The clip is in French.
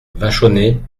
vachonnet